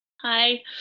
Hi